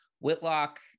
Whitlock